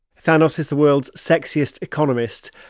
thanos is the world's sexiest economist,